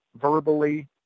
verbally